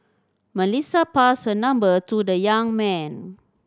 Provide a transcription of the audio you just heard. Melissa passed her number to the young man